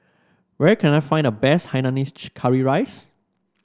where can I find the best Hainanese Curry Rice